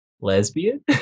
Lesbian